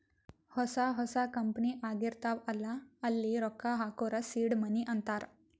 ಹೊಸಾ ಹೊಸಾ ಕಂಪನಿ ಆಗಿರ್ತಾವ್ ಅಲ್ಲಾ ಅಲ್ಲಿ ರೊಕ್ಕಾ ಹಾಕೂರ್ ಸೀಡ್ ಮನಿ ಅಂತಾರ